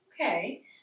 Okay